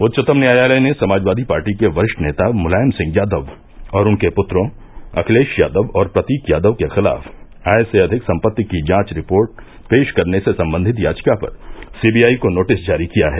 उच्चतम न्यायालय ने समाजवादी पार्टी के वरिष्ठ नेता मुलायम सिंह यादव और उनके पुत्रों अखिलेश यादव और प्रतीक यादव के खिलाफ आय से अधिक संपत्ति की जांच रिपोर्ट पेश करने से संबंधित याचिका पर सीबीआई को नोटिस जारी किया है